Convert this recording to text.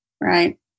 Right